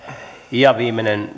ja viimeinen